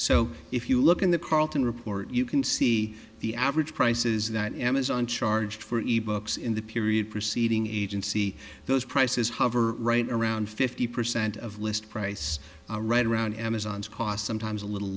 so if you look in the carlton report you can see the average prices that amazon charged for e books in the period preceding agency those prices hover right around fifty percent of list price right around amazon's cost sometimes a little